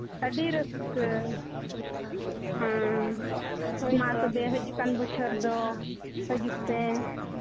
ᱟᱹᱰᱤ ᱨᱟᱹᱥᱠᱟᱹ ᱦᱮᱸ ᱢᱟ ᱛᱚᱵᱮ ᱦᱤᱡᱩᱜ ᱠᱟᱱ ᱵᱚᱪᱷᱚᱨ ᱫᱚ ᱦᱤᱡᱩᱜ ᱯᱮ